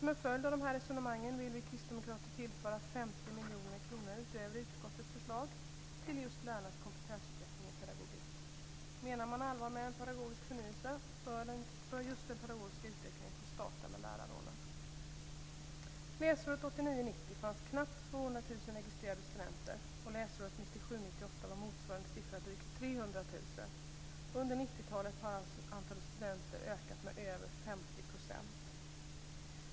Som en följd av dessa resonemang vill vi kristdemokrater tillföra 50 miljoner kronor utöver utskottets förslag till just lärarnas kompetensutveckling i pedagogik. Menar man allvar med en pedagogisk förnyelse bör just den pedagogiska utvecklingen få starta med lärarrollen. 300 000. Under 90-talet har alltså antalet studenter ökat med över 50 %.